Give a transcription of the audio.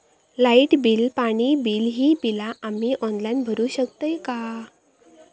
Light bill, पाणी bill, ही बिला आम्ही ऑनलाइन भरू शकतय का?